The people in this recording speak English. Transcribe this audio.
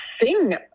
sing